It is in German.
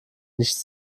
nichts